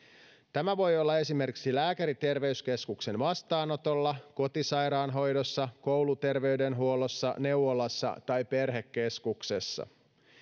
tämä voi olla lääkäri esimerkiksi terveyskeskuksen vastaanotolla kotisairaanhoidossa kouluterveydenhuollossa neuvolassa tai perhekeskuksessa